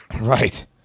Right